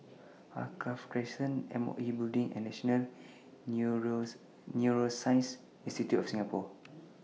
Alkaff Crescent M O E Building and National Neuroscience Institute of Singapore